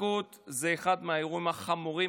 ההתנתקות היא אחד מהאירועים החמורים